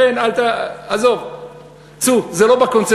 לכן צאו, זה לא בקונסנזוס.